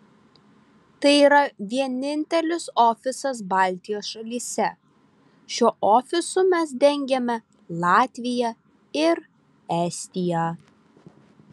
tai yra vienintelis ofisas baltijos šalyse šiuo ofisu mes dengiame latviją ir estiją